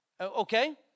Okay